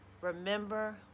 Remember